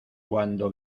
cuando